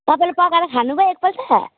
तपाईँले पकाएर खानु भयो एकपल्ट